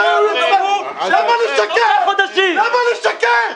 למה לשקר?